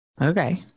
okay